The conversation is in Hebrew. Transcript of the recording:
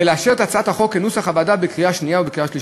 ולאשר את הצעת החוק כנוסח הוועדה בקריאה שנייה ובקריאה שלישית.